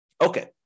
Okay